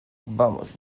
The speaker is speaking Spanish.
vamos